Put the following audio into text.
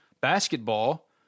Basketball